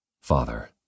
Father